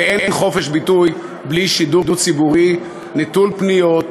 ואין חופש ביטוי בלי שידור ציבורי נטול פניות,